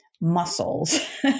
muscles